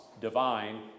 divine